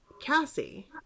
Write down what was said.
cassie